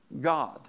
God